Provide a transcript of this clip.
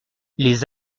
les